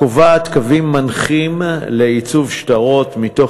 הקובעת קווים מנחים לעיצוב שטרות מתוך